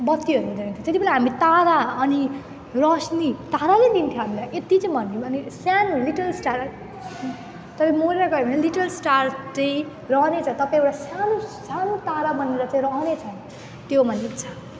बत्तीहरू हुँदैन थियो त्यति बेला हामी तारा अनि रोसनी ताराले दिन्थ्यो हामीलाई यत्ति चाहिँ भनौँ भने सानो लिटल स्टार तर मरेर गयो भने लिटल स्टार चाहिँ रहनेछ तपाईँ एउटा सानो सानो तारा बनेर चाहिँ रहनेछ त्यो भनेको छ